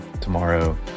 tomorrow